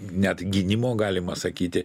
net gynimo galima sakyti